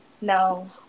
No